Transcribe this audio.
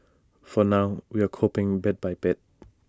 for now we're coping bit by bit